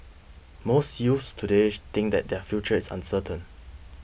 most youths today she think that their future is uncertain